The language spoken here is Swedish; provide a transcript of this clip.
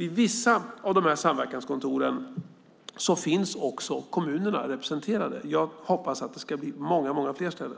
I vissa av dessa samverkanskontor finns också kommunerna representerade. Jag hoppas att det ska bli många fler ställen.